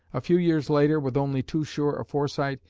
a few years later, with only too sure a foresight,